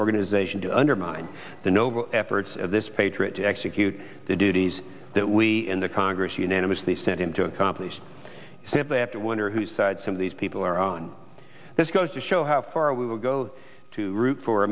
organization to undermine the noble efforts of this patriot to execute the duties that we in the congress unanimously sent him to accomplish i simply have to wonder whose side some of these people are on this goes to show how far we will go to root for